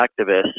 activists